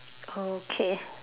oh okay